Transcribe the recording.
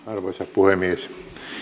arvoisa puhemies tämä